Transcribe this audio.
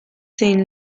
zein